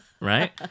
Right